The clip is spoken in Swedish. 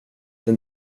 den